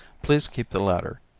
please keep the latter.